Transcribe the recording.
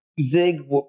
zig